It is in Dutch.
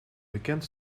bekend